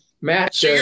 Matt